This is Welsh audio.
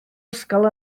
ysgol